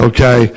Okay